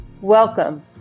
Welcome